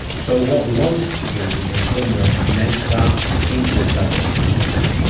so what we wanted to do was in some way make that into a standard procedure,